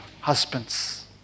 husbands